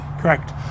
Correct